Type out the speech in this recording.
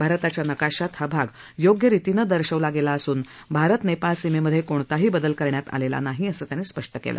भारताच्या नकाशात हा भाग योग्य रितीनं दर्शवला गेला असून भारत नेपाळ सीमेमधे कोणताही बदल करण्यात आलेला नाही असं त्यांनी स्पष्ट केलं